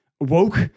woke